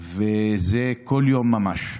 וזה כל יום ממש.